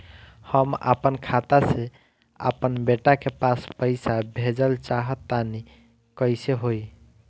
हम आपन खाता से आपन बेटा के पास पईसा भेजल चाह तानि कइसे होई?